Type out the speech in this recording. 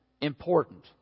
important